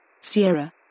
Sierra